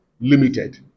limited